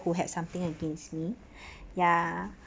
who had something against me ya